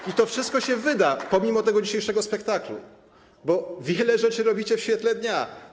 I to wszystko się wyda pomimo tego dzisiejszego spektaklu, bo wiele rzeczy robicie w świetle dnia.